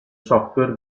software